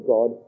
God